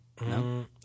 No